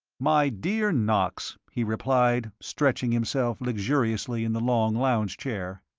my dear knox, he replied, stretching himself luxuriously in the long lounge chair,